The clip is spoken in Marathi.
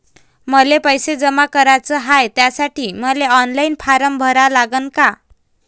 मले पैसे जमा कराच हाय, त्यासाठी मले ऑनलाईन फारम भरा लागन का?